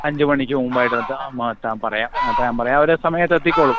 അഞ്ച് മണിക്ക് മുമ്പായിട്ട് എത്താം ആ എത്താൻ പറയാം എത്താൻ പറയാം അവർ സമയത്ത് എത്തിക്കോളും